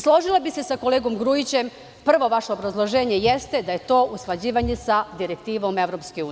Složila bih se sa kolegom Grujićem, prvo vaše obrazloženje jeste da je to usklađivanje sa direktivom EU.